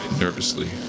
nervously